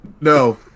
No